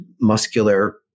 muscular